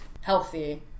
healthy